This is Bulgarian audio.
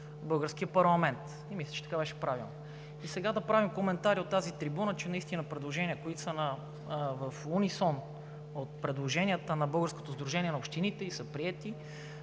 българския парламент и мисля, че така беше правилно. И сега да правим коментари от тази трибуна, че наистина предложения, които са в унисон с предложенията на Българското сдружение на общините и са приети